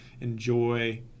enjoy